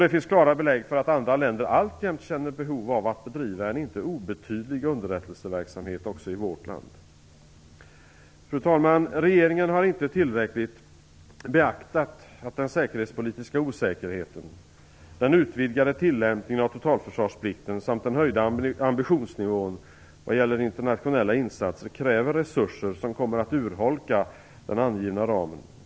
Det finns klara belägg för att andra länder alltjämt känner behov av att bedriva en inte obetydlig underrättelseverksamhet också i vårt land. Fru talman! Regeringen har inte tillräckligt beaktat det faktum att den säkerhetspolitiska osäkerheten, den utvidgade tillämpningen av totalförsvarsplikten samt den höjda ambitionsnivån vad gäller internationella insatser kräver resurser som kommer att urholka den angivna ramen.